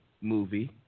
movie